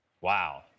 Wow